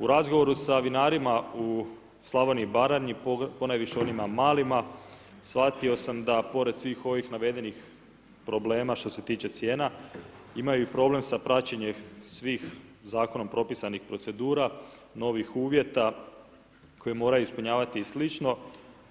U razgovoru sa vinarima Slavoniji i Baranji, ponajviše onima malima, shvatio sam da pored svih ovih navedenih problema što se tiče cijena, imaju problem sa praćenjem svih zakonom propisanih procedura, novih uvjeta koje moraju ispunjavati i sl.,